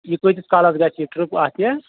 یہِ کۭتِس کالَس گژھِ یہِ ٹرٛپ اَتھ یہِ